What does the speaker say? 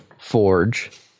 forge